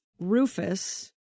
Rufus